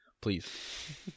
please